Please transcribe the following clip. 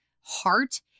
heart